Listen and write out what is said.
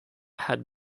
had